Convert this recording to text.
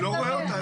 אני לא רואה אותה.